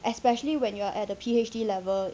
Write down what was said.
especially when you're at the P_H_D level